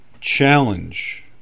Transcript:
challenge